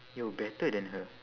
you're better than her